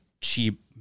cheap